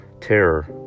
terror